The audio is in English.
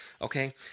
Okay